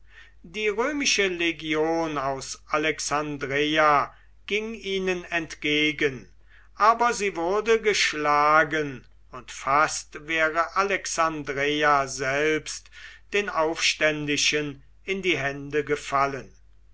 die römische legion aus alexandreia ging ihnen entgegen aber sie wurde geschlagen und fast wäre alexandreia selbst den aufständischen in die hände gefallen